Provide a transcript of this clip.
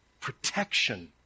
protection